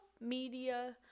media